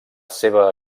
seva